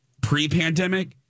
pre-pandemic